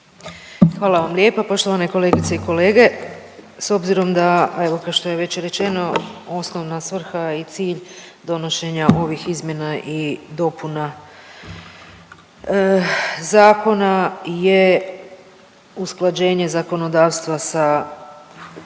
Hvala vam lijepo. Poštovane kolegice i kolege, s obzirom da evo kao što je već rečeno osnovna svrha i cilj donošenja ovih izmjena i dopuna zakona je usklađenje zakonodavstva sa